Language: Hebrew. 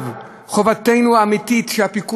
מפני שזה לפתחנו וזו חובתנו,